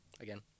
again